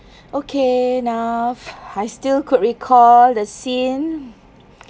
okay naf I still could recall the scene